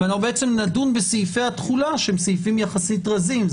ונדון בסעיפי התחולה שהם סעיפים יחסית רזים,